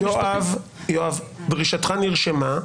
דרישתך נרשמה.